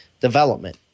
development